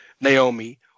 Naomi